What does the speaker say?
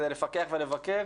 בשביל לפקח ולבקר,